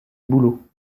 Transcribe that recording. bouleau